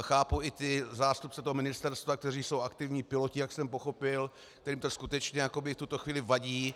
Chápu i ty zástupce ministerstva, kteří jsou aktivní piloti, jak jsem pochopil, kterým to skutečně jakoby v tuto chvíli vadí.